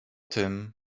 tym